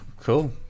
Cool